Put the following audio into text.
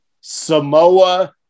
Samoa